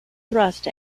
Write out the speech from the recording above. thrust